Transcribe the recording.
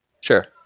Sure